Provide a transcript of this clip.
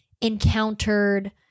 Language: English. encountered